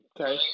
Okay